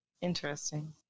Interesting